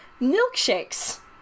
milkshakes